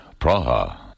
Praha